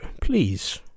please